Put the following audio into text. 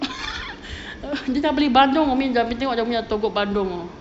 kita beli bandung umi dah togok bandung